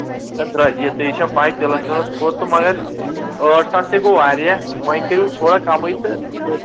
نہ درٛے یہِ چھَم پاے تیٖلَس وِلَس کھوٚت تہٕ مگر ٲٹھ ساس تہِ گوٚو واریاہ وۄنۍ کٔرِو تھوڑا کَمٕے تہٕ